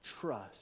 trust